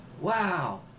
Wow